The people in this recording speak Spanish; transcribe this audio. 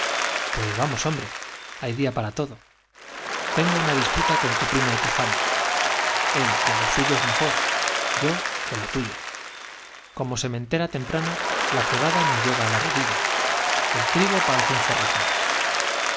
pues vamos hombre hay día para todo tengo una disputa con tu primo epifanio él que lo suyo es mejor yo que lo tuyo como sementera la rodilla el temprana la cebada nos llega á trigo parece un forrajal